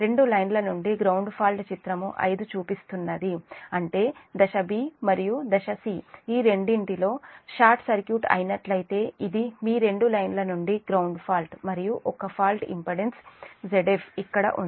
రెండు లైన్ల నుండి గ్రౌండ్ ఫాల్ట్ చిత్రం 5 చూపిస్తున్నది అంటే దశ b మరియు దశ c ఈ రెండిట్లో షార్ట్ సర్క్యూట్ అయినట్లయితే ఇది మీ రెండు లైన్ల నుండి గ్రౌండ్ ఫాల్ట్ మరియు ఒక్క ఫాల్ట్ ఇంపిడెన్స్ Zf ఇక్కడ ఉంది